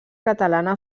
catalana